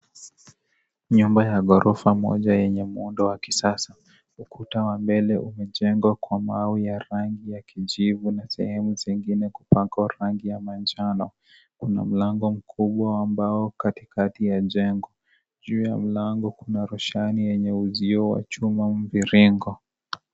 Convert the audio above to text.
Nyumba ya ghorofa moja yenye muundo wa kisasa ukuta wa mbele umejengwa kwa mawe ya rangi ya kijivu na sehemu zingine kupakwa rangi ya manjano, kuna mlango mkubwa wa mbao katikati ya jengo, juu ya mlango kuna rushani yenye uzio wa chuma mviringo.